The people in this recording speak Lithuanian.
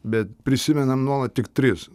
bet prisimenam nuolat tik tris